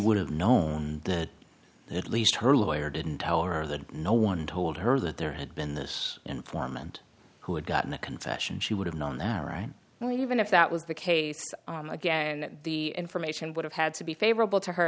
would have known that at least her lawyer didn't tell her that no one told her that there had been this informant who had gotten the confession she would have known that right now even if that was the case again the information would have had to be favorable to her